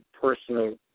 personal